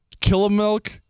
Killamilk